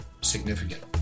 significant